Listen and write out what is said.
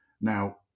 Now